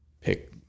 pick